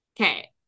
Okay